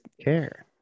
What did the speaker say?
care